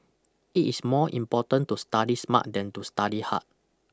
it is more important to study smart than to study hard